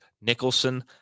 Nicholson